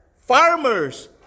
farmers